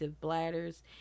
bladders